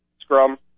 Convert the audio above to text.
scrum